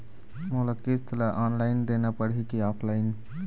मोला किस्त ला ऑनलाइन देना पड़ही की ऑफलाइन?